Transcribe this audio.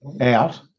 out